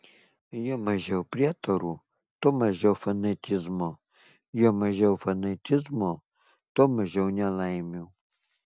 juo mažiau prietarų tuo mažiau fanatizmo juo mažiau fanatizmo tuo mažiau nelaimių